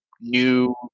new